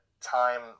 time